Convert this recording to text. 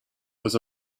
was